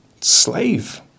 slave